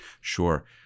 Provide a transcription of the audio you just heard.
Sure